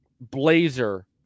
blazer